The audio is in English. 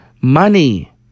Money